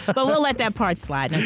but we'll let that part slide. and